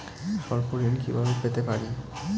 স্বল্প ঋণ কিভাবে পেতে পারি?